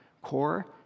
core